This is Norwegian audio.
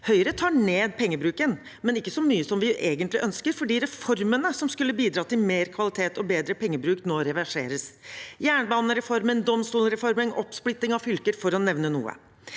Høyre tar ned pengebruken, men ikke så mye som vi egentlig ønsker. Det er fordi reformene som skulle bidra til mer kvalitet og bedre pengebruk, nå reverseres – jernbanereformen, domstolsreformen og oppsplitting av fylker, for å nevne noe.